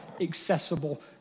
accessible